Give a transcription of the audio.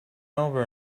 over